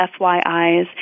FYIs